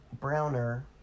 browner